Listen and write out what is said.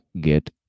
get